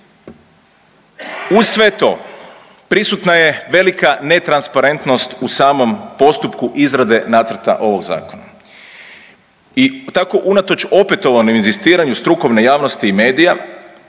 Uz sve to prisutna je velika netransparentnost u samom postupku izrade nacrta ovog zakona. I tako unatoč opetovanom inzistiranju strukovne javnosti i medija